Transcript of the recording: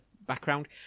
background